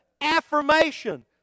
affirmation